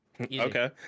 okay